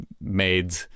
made